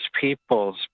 peoples